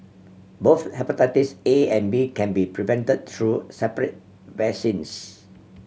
both hepatitis A and B can be prevent through separate vaccines